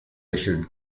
issued